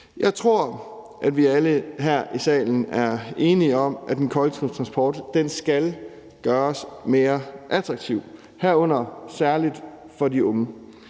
Jeg tror, at vi alle her i salen er enige om, at den kollektive transport skal gøres mere attraktiv, herunder særlig for de unge.